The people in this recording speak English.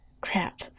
crap